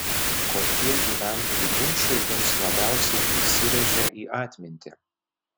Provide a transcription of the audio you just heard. kokie gyventojų ginčai jums labiausiai įsirėžė į atmintį